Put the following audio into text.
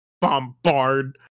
bombard